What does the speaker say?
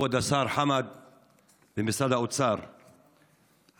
כבוד השר במשרד האוצר חמד,